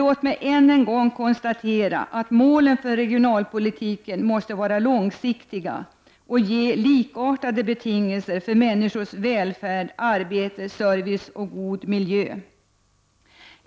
Låt mig än en gång konstatera att målen för regionalpolitiken måste vara långsiktiga och ge likartade betingelser för människors välfärd: arbete, service och god miljö.